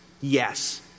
yes